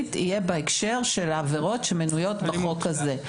יהיה בהקשר של עבירות שמנויות בחוק הזה.